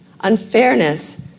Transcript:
unfairness